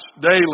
daily